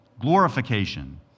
glorification